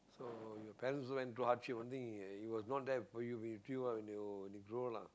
oh your parents also went through hardship one thing he he was not there for you in t~ when you grow old lah